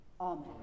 Amen